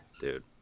dude